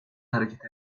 hareket